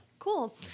Cool